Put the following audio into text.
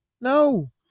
No